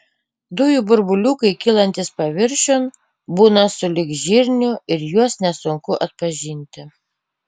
dujų burbuliukai kylantys paviršiun būna sulig žirniu ir juos nesunku atpažinti